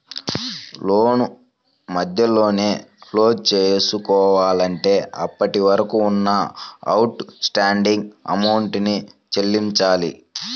లోను మధ్యలోనే క్లోజ్ చేసుకోవాలంటే అప్పటివరకు ఉన్న అవుట్ స్టాండింగ్ అమౌంట్ ని చెల్లించాలి